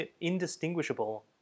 indistinguishable